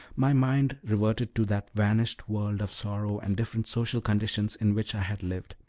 my mind reverted to that vanished world of sorrow and different social conditions in which i had lived,